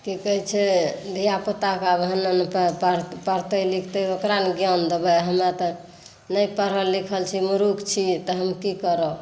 की कहै छै धियापुताके ने पढतै लिखतै ओकरा ने ज्ञान देबै हमए तऽ नहि पढल लिखल छी मूरूख छी तऽ हम की करब